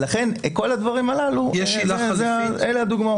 לכן כל הדברים הללו, אלה הדוגמאות.